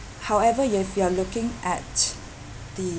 however you've you are looking at the